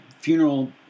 funeral